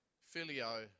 filio